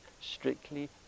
strictly